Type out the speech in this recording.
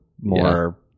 more